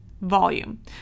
volume